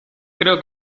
creo